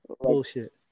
Bullshit